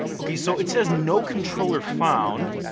okay, so it says no controller found,